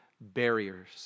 barriers